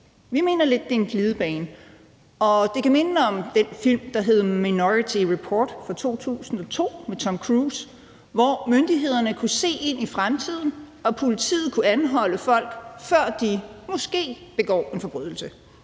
Vi mener lidt, det er en glidebane, og det kan minde om den film, der hedder »Minority Report«, fra 2002 med Tom Cruise, hvor myndighederne kunne se ind i fremtiden og politiet kunne anholde folk, før de måske begik en forbrydelse.